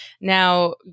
Now